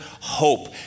hope